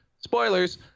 Spoilers